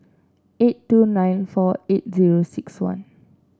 eight two nine four eight zero six one